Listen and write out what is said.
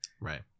Right